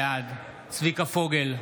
בעד צביקה פוגל,